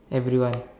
everyone